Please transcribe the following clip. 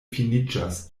finiĝas